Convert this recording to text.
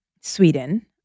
Sweden